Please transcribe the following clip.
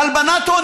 הלבנת הון.